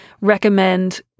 recommend